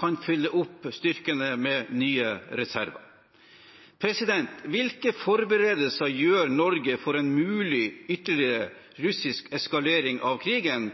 kan fylle opp styrkene med nye reserver. Hvilke forberedelser gjør Norge for en mulig ytterligere russisk eskalering av krigen,